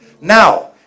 Now